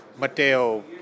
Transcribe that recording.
Matteo